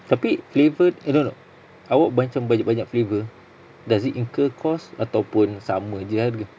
tapi flavour no no no awak macam banyak-banyak flavour does it incur cost ataupun sama jer harga